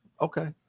Okay